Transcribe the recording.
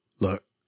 look